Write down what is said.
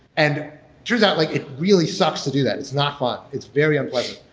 and turns out like it really sucks to do that. it's not fun. it's very unpleasant.